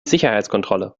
sicherheitskontrolle